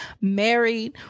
Married